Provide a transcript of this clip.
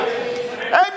Amen